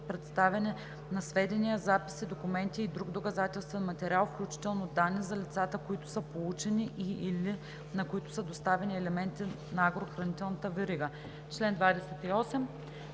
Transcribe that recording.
представяне на сведения, записи, документи и друг доказателствен материал, включително данни за лицата, от които са получени и/или на които са доставени елементи на агрохранителната верига.“